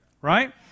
right